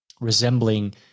resembling